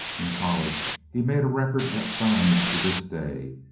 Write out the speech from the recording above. in college he made a record that shines to this day.